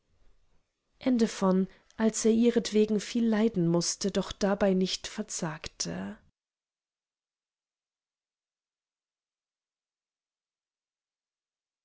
als er ihrentwegen viel leiden mußte doch dabei nicht verzagte